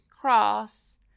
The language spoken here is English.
Cross